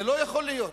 זה לא יכול להיות.